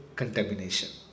contamination